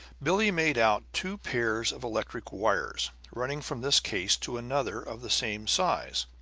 billie made out two pairs of electric wires running from this case to another of the same size.